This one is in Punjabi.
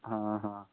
ਹਾਂ ਹਾਂ